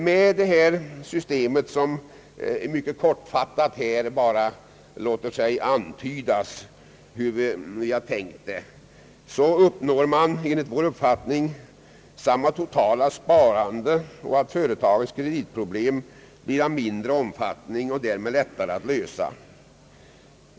Med det system, som här låter sig antydas endast mycket kortfattat, uppnår man enligt vår uppfattning samma totala sparande, och företagens kreditproblem blir av mindre omfattning och därmed lättare att lösa.